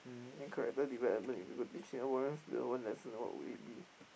then character development if you got teach Singaporeans Singapore lesson what would it be